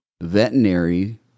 veterinary